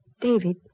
David